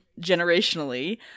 generationally